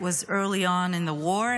it was early on in the war,